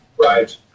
Right